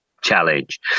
challenge